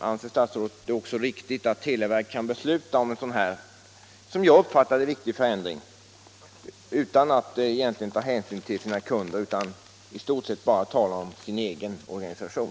Anser statsrådet det vidare riktigt att televerket kan besluta om en sådan här, som jag ser det, viktig förändring utan att egentligen ta hänsyn till sina kunder utan bara till sin egen organisation?